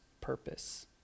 purpose